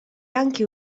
anche